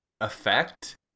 effect